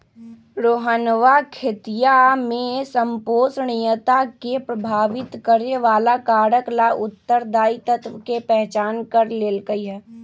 रोहनवा खेतीया में संपोषणीयता के प्रभावित करे वाला कारक ला उत्तरदायी तत्व के पहचान कर लेल कई है